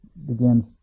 begins